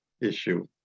issue